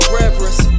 reverence